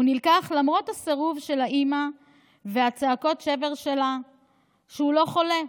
הוא נלקח למרות הסירוב של האימא וצעקות השבר שלה שהוא לא חולה,